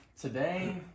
today